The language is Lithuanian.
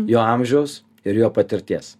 jo amžiaus ir jo patirties